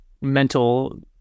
mental